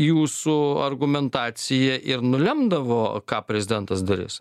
jūsų argumentacija ir nulemdavo ką prezidentas darys